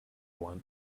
one